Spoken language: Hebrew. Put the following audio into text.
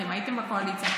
הייתם בקואליציה,